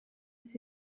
yüz